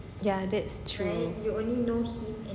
ya that's true